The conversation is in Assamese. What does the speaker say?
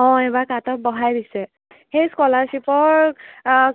অঁ এইবাৰ কাট অফ বঢ়াই দিছে সেই স্কলাৰ্শ্বিপৰ